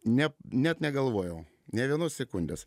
ne net negalvojau nė vienos sekundės